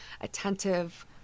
attentive